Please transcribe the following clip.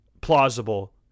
plausible